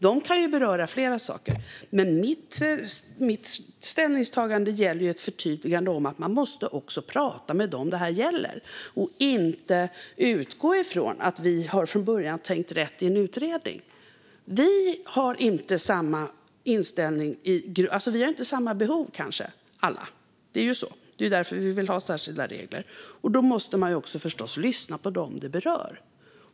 De kan beröra flera saker, men mitt ställningstagande gäller ett förtydligande om att man också måste prata med dem som det här gäller och inte utgå från att vi från början har tänkt rätt i en utredning. Vi har inte alla samma behov. Det är därför vi vill ha särskilda regler. Då måste man också förstås lyssna på dem som det berör.